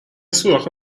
سوراخ